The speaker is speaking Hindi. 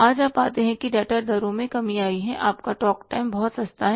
आज आप पाते हैं कि डेटा दरों में कमी आई है आपका टॉक टाइम बहुत सस्ता है